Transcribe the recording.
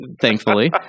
thankfully